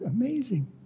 amazing